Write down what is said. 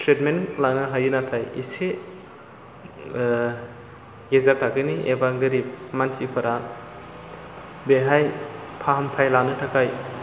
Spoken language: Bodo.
ट्रिटमेन्ट लानो हायो नाथाय एसे गेजेर थाखोनि एबा गोरिब मानसिफोरा बेहाय फाहामथाय लानो थाखाय